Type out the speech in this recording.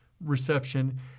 reception